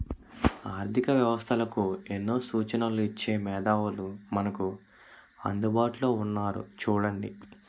ఆర్థిక వ్యవస్థలకు ఎన్నో సూచనలు ఇచ్చే మేధావులు మనకు అందుబాటులో ఉన్నారు చూడండి